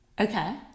Okay